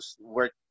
work